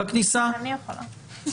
אני יכולה להגיד.